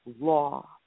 law